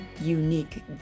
unique